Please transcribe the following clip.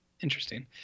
Interesting